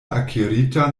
akirita